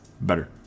better